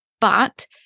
but-